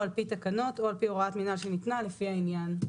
על פי תקנות או על פי הוראת מנהל שניתנה לפי העניין".